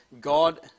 god